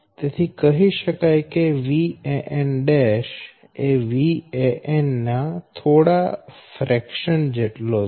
તેથી કહી શકાય કે Van' એ Van ના થોડા ફ્રેક્શન જેટલો છે